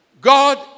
God